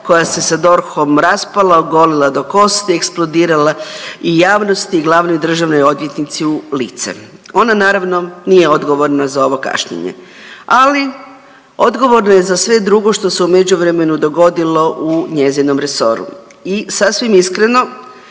koja se sa DORH-om raspala, ogolila do kosti, eksplodirala i javnosti i glavnoj državnoj odvjetnici u lice. Ona naravno nije odgovorna za ovo kašnjenje, ali odgovorna je za sve drugo što se u međuvremenu dogodilo u njezinom resoru i sasvim iskreno,